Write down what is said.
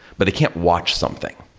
but they can't watch something.